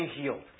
healed